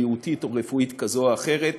בריאותית או רפואית כזו או אחרת.